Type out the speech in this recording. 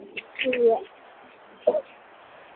ठीक ऐ